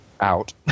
out